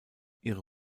ihre